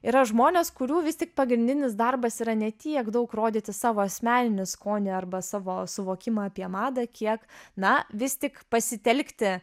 yra žmonės kurių vis tik pagrindinis darbas yra ne tiek daug rodyti savo asmeninį skonį arba savo suvokimą apie madą kiek na vis tik pasitelkti